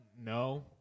no